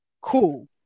cool